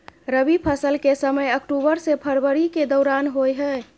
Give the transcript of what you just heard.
रबी फसल के समय अक्टूबर से फरवरी के दौरान होय हय